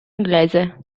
inglese